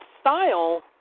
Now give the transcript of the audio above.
style